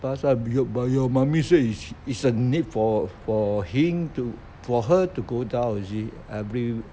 巴刹 bu~ but your mummy said it's it's a need for him to for her to go down you see every